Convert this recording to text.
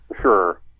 Sure